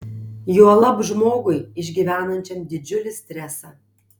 juolab žmogui išgyvenančiam didžiulį stresą